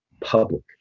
public